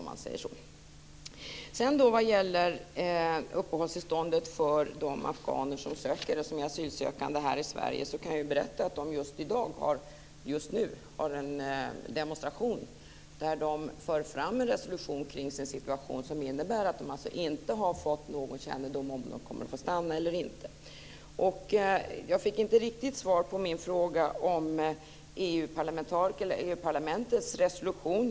Sedan var det frågan om de asylsökande afghanernas uppehållstillstånd i Sverige. De håller just nu en demonstration där de för fram en resolution kring sin situation. De har inte fått någon kännedom om huruvida de kommer att få stanna eller inte. Jag fick inte riktigt svar på min fråga om EU parlamentets resolution.